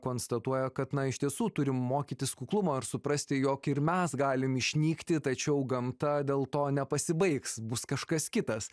konstatuoja kad na iš tiesų turim mokytis kuklumo ir suprasti jog ir mes galim išnykti tačiau gamta dėl to nepasibaigs bus kažkas kitas